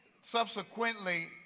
Subsequently